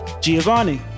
Giovanni